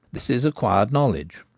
this is acquired knowledge.